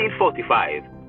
1945